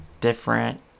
different